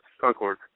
Concord